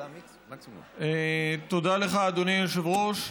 תודה לך, אדוני היושב-ראש.